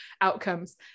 outcomes